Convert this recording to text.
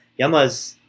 yamas